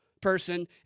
person